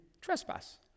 trespass